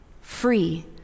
free